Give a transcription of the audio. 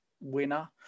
winner